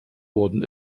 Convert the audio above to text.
worden